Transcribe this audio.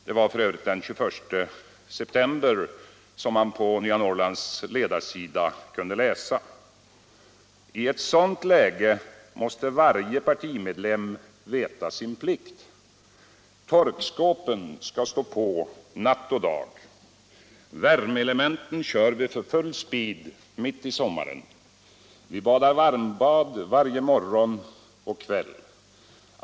Det var den 21 september 1976 som man på Nya Norrlands ledarsida kunde läsa: ”I ett sånt läge måste varje partimedlem veta sin plikt. Torkskåpen ska stå på dag och natt. Värmeelementen kör vi för full speed mitt i - Nr 57 sommaren. sd badar SAnnbad varje morgon och kväll.